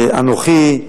אנוכי,